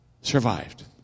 survived